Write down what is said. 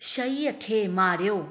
शईअ खे मारियो